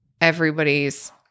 everybody's